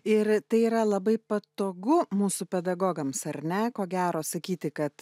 ir tai yra labai patogu mūsų pedagogams ar ne ko gero sakyti kad